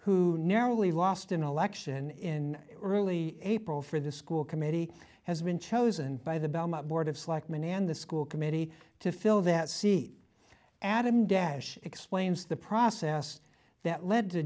who narrowly lost an election in early april for the school committee has been chosen by the board of selectmen and the school committee to fill that seat adam dash explains the process that led to